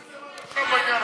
מה עשיתם עד עכשיו בעניין הזה?